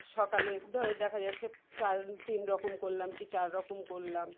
সকালে ধর দেখা যাচ্ছে চার তিন রকম করলাম কী চার রকম করলাম